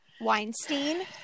Weinstein